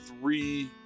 three